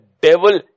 devil